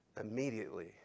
Immediately